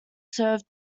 served